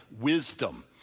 wisdom